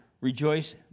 Rejoice